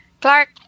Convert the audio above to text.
Clark